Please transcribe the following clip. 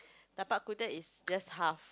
is just half